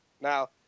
Now